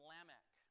Lamech